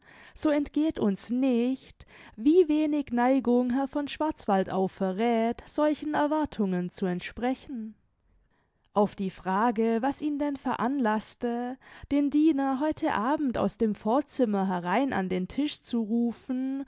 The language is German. so entgeht uns nicht wie wenig neigung herr von schwarzwaldau verräth solchen erwartungen zu entsprechen auf die frage was ihn denn veranlaßte den diener heute abend aus dem vorzimmer herein an den tisch zu rufen